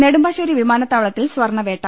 നെടുമ്പാശ്ശേരി വിമാനത്താവളത്തിൽ സ്വർണവേട്ട